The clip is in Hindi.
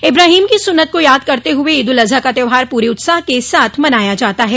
इबाहीम की सुन्नत का याद करते हुए ईदुल अजहा का त्यौहार पूरे उत्साह के साथ मनाया जाता है